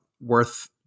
worth